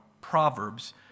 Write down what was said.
Proverbs